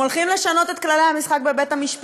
אתם הולכים לשנות את כללי המשחק בבית-המשפט,